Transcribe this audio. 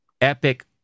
epic